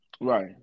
Right